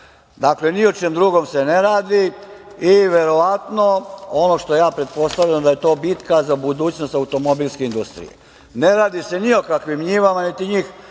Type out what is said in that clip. Dakle, ni o čemu drugom se ne radi. Verovatno ono što ja pretpostavljam da je to bitka za budućnost automobilske industrije. Ne radi se ni o kakvim njivama, niti njih